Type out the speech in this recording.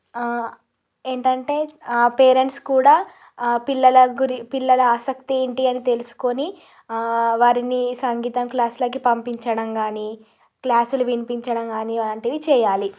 ఏంటంటే పేరెంట్స్ కూడా పిల్లల గు పిల్లల ఆసక్తి ఏంటి అని తెలుసుకొని వారినీ సంగీతం క్లాసులకి పంపించడం కానీ క్లాస్లు వినిపించడం కానీ అలాంటివి చెయ్యాలి